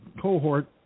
cohort